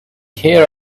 here